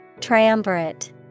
Triumvirate